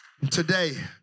Today